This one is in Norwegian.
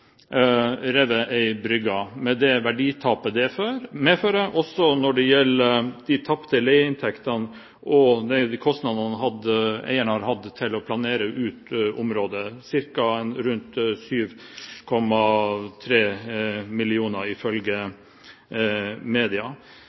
med det verditapet det medfører også når det gjelder tapte leieinntekter og de kostnadene eieren har hatt med å planere ut området, ca. 7,3 mill. kr ifølge media.